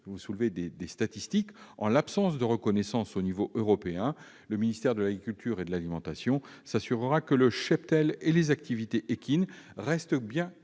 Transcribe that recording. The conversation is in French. problématique des statistiques, en l'absence de reconnaissance à l'échelon européen, le ministère de l'agriculture et de l'alimentation s'assurera que le cheptel et les activités équines restent bien